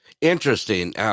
Interesting